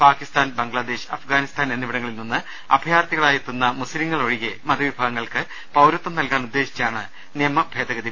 Pakistan Bangladesh Afghanistan എന്നിവിടങ്ങളിൽ നിന്ന് അഭയാർത്ഥികളായെത്തുന്ന മുസ്പിംങ്ങൾ ഒഴികെ മതവിഭാഗങ്ങൾക്ക് പൌരത്വം നൽകാൻ ഉദ്ദേശിച്ചാണ് നിയമഭേദഗതി